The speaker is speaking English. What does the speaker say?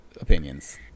opinions